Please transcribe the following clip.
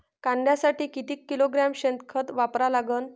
कांद्यासाठी किती किलोग्रॅम शेनखत वापरा लागन?